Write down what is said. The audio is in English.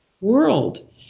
world